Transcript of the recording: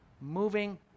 Moving